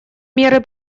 меры